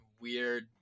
weird